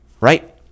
Right